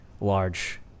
large